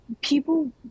people